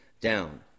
down